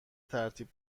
ترتیب